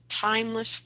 timeless